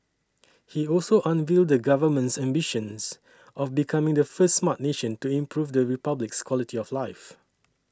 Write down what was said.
he also unveiled the Government's ambitions of becoming the first Smart Nation to improve the Republic's quality of life